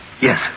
Yes